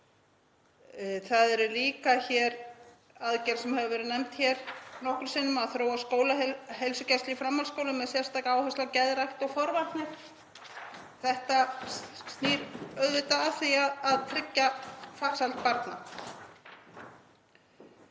Hér er líka aðgerð sem hefur verið nefnd nokkrum sinnum hérna, að þróa skólaheilsugæslu í framhaldsskólum með sérstakri áherslu á geðrækt og forvarnir. Þetta snýr auðvitað að því að tryggja farsæld barna.